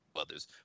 others